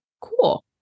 Cool